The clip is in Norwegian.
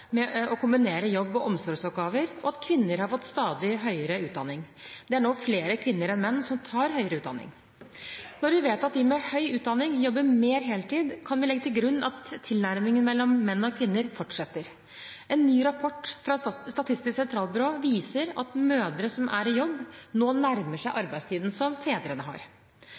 å kombinere jobb og omsorgsoppgaver, og at kvinner har fått stadig høyere utdanning. Det er nå flere kvinner enn menn som tar høyere utdanning. Når vi vet at de med høy utdanning jobber mer heltid, kan vi legge til grunn at tilnærmingen mellom menn og kvinner fortsetter. En ny rapport fra Statistisk sentralbyrå viser at mødre som er i jobb, nå nærmer seg arbeidstiden som fedre har.